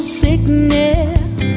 sickness